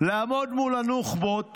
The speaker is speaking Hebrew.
לעמוד מול הנוח'בות